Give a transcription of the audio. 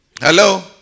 Hello